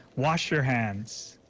washer hands.